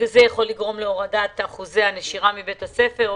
זה יכול לגרום להורדת אחוזי הנשירה מבית הספר,